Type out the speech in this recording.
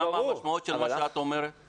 המשמעות של מה שאת אומרת,